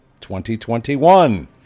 2021